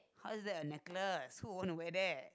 how is that a necklace who would want to wear that